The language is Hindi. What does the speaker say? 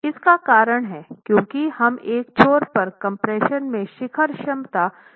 इसका कारण है क्योंकि हम एक छोर पर कम्प्रेशन में शिखर क्षमता के साथ शुरू कर रहे हैं